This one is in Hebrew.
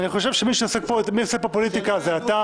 אני חושב שמי שעושה פה פוליטיקה זה אתה.